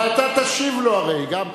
אבל אתה תשיב לו הרי.